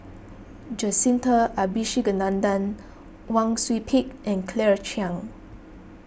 Jacintha Abisheganaden Wang Sui Pick and Claire Chiang